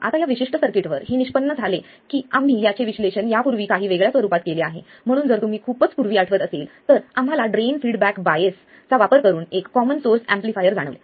आता या विशिष्ट सर्किटवर हे निष्पन्न झाले की आम्ही याचे विश्लेषण यापूर्वी काही वेगळ्या स्वरूपात केले आहे म्हणून जर तुम्हाला खूपच पूर्वी आठवत असेल तर आम्हाला ड्रेन फीडबॅक बायसचा वापर करून एक कॉमन सोर्स एम्पलीफायर जाणवले